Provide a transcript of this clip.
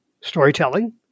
storytelling